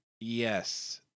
yes